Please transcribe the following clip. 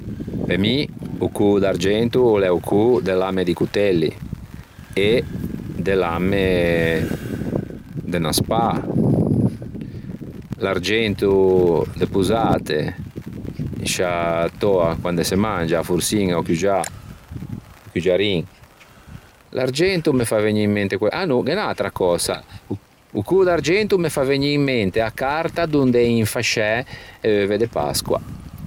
Pe mi o cô d'argento o l'é o cô de lamme di cotelli e de lamme de 'na spâ, l'argento de posate in sciâ töa quande se mangia, a forçiña o cuggiâ, o cuggiarin. L'argento e me fa vëgni in mente ah no, gh'é unn'atra cösa o cô d'argento o me fa vegnî in mente a carta donde én infasciæ e euve de Pasqua.